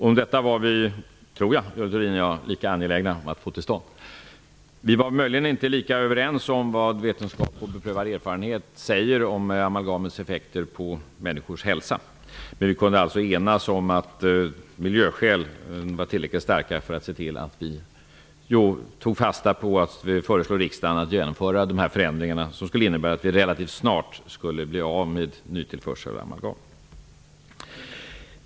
Jag tror att Görel Thurdin och jag var lika angelägna om att få till stånd dessa förändringar. Vi var möjligen inte lika överens om vad vetenskap och beprövad erfarenhet säger om amalgamets effekter på människors hälsa, men vi kunde alltså enas om att miljöskälen var tillräckligt starka för att vi skulle föreslå riksdagen att genomföra de förändringar som innebar att vi relativt snart skulle bli av med nytillförsel av amalgam.